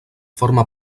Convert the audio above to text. forma